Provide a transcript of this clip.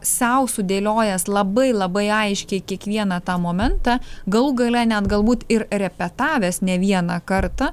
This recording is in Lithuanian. sau sudėliojęs labai labai aiškiai kiekvieną tą momentą galų gale net galbūt ir repetavęs ne vieną kartą